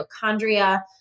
mitochondria